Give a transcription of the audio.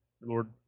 Lord